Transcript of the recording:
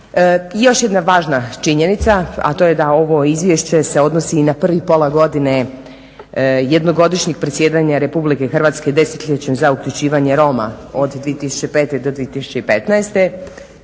Još jedna važna činjenica, a to je da se ovo izvješće odnosni i na prvih pola godine jednogodišnjeg predsjedanja RH desetljećem za uključivanje Roma od 2005.do 2015.te